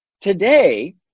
Today